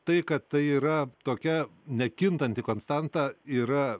tai kad tai yra tokia nekintanti konstanta yra